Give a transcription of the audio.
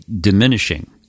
diminishing